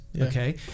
Okay